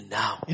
now